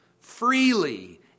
freely